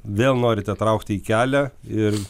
vėl norite traukti į kelią ir